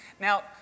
Now